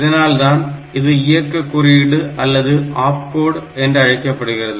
இதனால்தான் இது இயக்கு குறியீடு அல்லது ஆப்கோடு என்றழைக்கப்படுகிறது